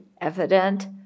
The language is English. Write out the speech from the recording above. evident